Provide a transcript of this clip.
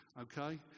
okay